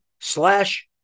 slash